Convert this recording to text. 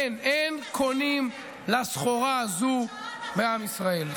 אין, אין קונים לסחורה הזו בעם ישראל.